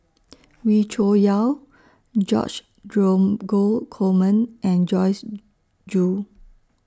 Wee Cho Yaw George Dromgold Coleman and Joyce Jue